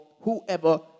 whoever